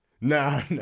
No